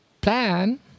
plan